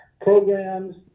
programs